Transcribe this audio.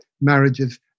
marriages